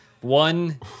one